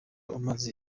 umaze